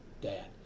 dad